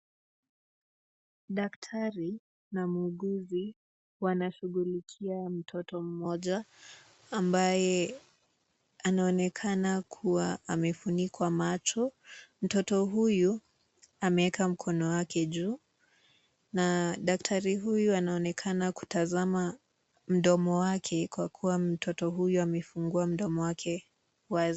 Daktari na muuguzi wanashughulikia mtoto mmoja ambaye anaonekana kuwa amefunikwa macho. Mtoto huyu ameweka mkono wake juu na daktari huyu anaonekana kutazama mdomo wake kwa kuwa mtoto huyu amefungua mdomo wake wazi.